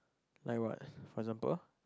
like what for example